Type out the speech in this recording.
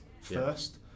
first